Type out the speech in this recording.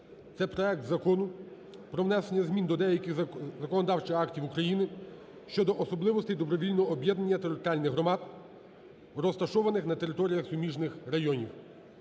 це проект Закону про внесення змін до деяких законодавчих актів України щодо особливостей добровільного об'єднання територіальних громад, розташованих на територіях суміжних районів.